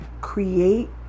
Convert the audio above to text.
create